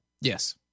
Yes